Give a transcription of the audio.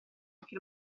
anche